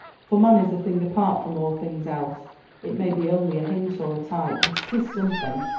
for man is a thing apart from all things else it may be only a hint or a type, but it is something.